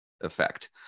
effect